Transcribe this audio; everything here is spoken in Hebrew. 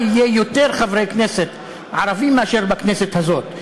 יהיו יותר חברי כנסת ערבים מאשר בכנסת הזאת.